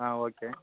ஆ okay